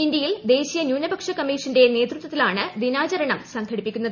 ഇന്തൃയിൽ ദേശീയ ന്യൂനപക്ഷ കമ്മീഷന്റെ നേതൃത്വത്തിലാണ് ദിനാചരണം സംഘടിപ്പിക്കുന്നത്